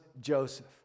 Joseph